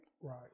Right